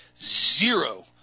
zero